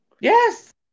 Yes